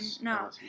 No